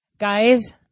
Guys